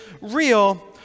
real